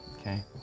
Okay